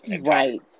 Right